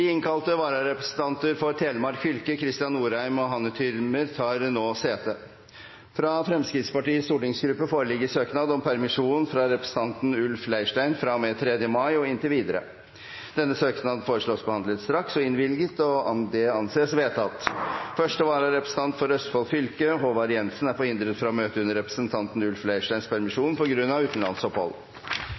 innkalte vararepresentanter for Telemark fylke, Kristian Norheim og Hanne Thürmer, tar nå sete. Fra Fremskrittspartiets stortingsgruppe foreligger søknad om sykepermisjon for representanten Ulf Leirstein fra og med 3. mai og inntil videre. Denne søknaden foreslås behandlet straks og innvilget. – Det anses vedtatt. Første vararepresentant for Østfold fylke, Håvard Jensen, er forhindret fra å møte under representanten Ulf Leirsteins permisjon på grunn av utenlandsopphold.